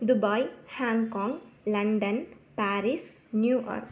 Dubai Hong Kong London Paris New York